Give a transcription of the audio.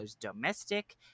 domestic